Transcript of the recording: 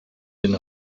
den